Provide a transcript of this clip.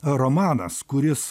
romanas kuris